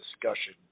discussion